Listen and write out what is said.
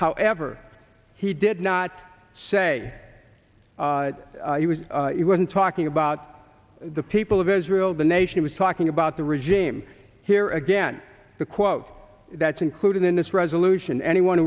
however he did not say he was he wasn't talking about the people of israel the nation was talking about the regime here again the quote that's included in this resolution anyone